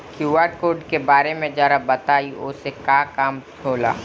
QR code के बारे में जरा बताई वो से का काम होला?